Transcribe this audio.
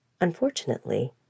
Unfortunately